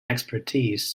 expertise